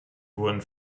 wurden